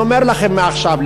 אני אומר לכם מעכשיו,